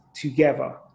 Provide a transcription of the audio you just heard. together